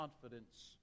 confidence